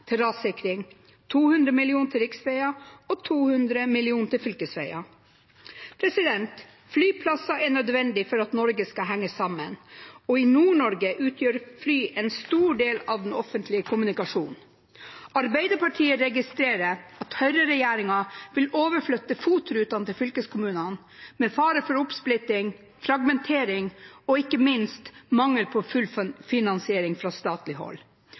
til rassikring – 200 mill. kr til riksveier og 200 mill. kr til fylkesveier. Flyplasser er nødvendig for at Norge skal henge sammen, og i Nord-Norge utgjør fly en stor del av den offentlige kommunikasjonen. Arbeiderpartiet registrerer at høyreregjeringen vil overflytte FOT-rutene til fylkeskommunene, med fare for oppsplitting, fragmentering og ikke minst mangel på fullfinansiering fra statlig hold.